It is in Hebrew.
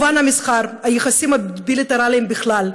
המסחר, כמובן, והיחסים הבילטרליים בכלל.